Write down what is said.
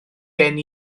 gen